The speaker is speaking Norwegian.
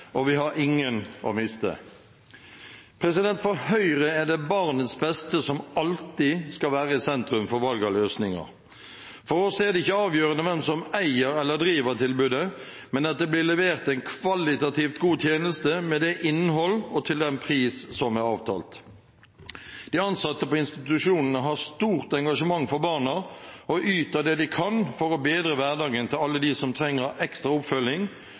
og vi har ingen å miste. For Høyre er det barnets beste som alltid skal være i sentrum for valg av løsninger. For oss er det ikke avgjørende hvem som eier eller driver tilbudet, men at det blir levert en kvalitativt god tjeneste med det innhold og til den pris som er avtalt. De ansatte på institusjonene har stort engasjement for barna og yter det de kan for å bedre hverdagen til alle dem som trenger ekstra oppfølging